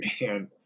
man